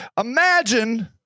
Imagine